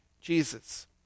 Jesus